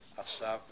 כן.